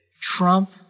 Trump